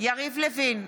יריב לוין,